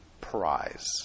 prize